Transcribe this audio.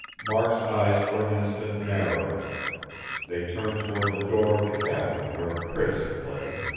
mark's eyes for an instant narrowed they turned toward the door of the cabin where priss lay.